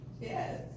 Yes